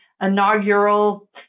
inaugural